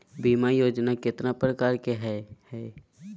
बीमा योजना केतना प्रकार के हई हई?